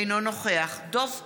אינו נוכח דב חנין,